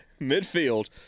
midfield